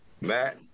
Matt